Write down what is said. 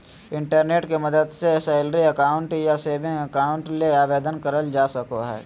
internet के मदद से सैलरी अकाउंट या सेविंग अकाउंट ले आवेदन करल जा सको हय